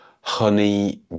honey